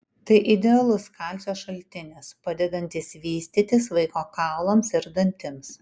tai idealus kalcio šaltinis padedantis vystytis vaiko kaulams ir dantims